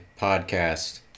podcast